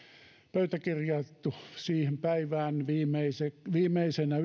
pöytäkirjattu siihen päivään viimeisenä